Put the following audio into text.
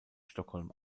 stockholm